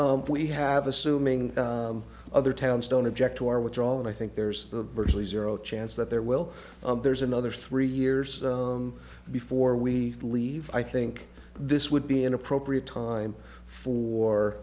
we have assuming other towns don't object to our withdrawal and i think there's virtually zero chance that there will there's another three years before we leave i think this would be an appropriate time for